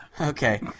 Okay